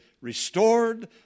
restored